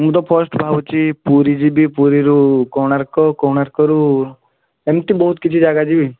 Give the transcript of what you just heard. ମୁଁ ତ ଫାର୍ଷ୍ଟ ଭାବୁଛି ପୁରୀଯିବି ପୁରୀରୁ କୋଣାର୍କ କୋଣାର୍କରୁ ଏମତି ବହୁତ କିଛି ଜାଗା ଯିବି